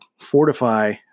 fortify